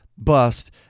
bust